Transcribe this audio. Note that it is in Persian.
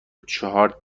چهار